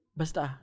basta